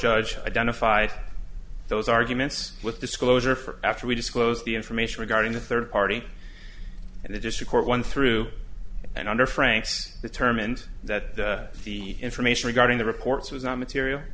judge identified those arguments with disclosure for after we disclose the information regarding the third party and the district court one through and under franks determined that the information regarding the reports was not material